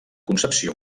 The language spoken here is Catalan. concepció